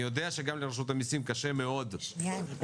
אני יודע שגם לרשות המעסים קשה מאוד לייחד